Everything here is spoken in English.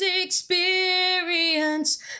experience